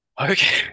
Okay